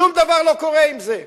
שום דבר לא קורה עם זה.